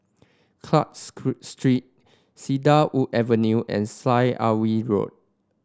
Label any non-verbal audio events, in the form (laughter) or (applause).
Clarke (unintelligible) Street Cedarwood Avenue and Syed Alwi Road